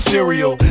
Cereal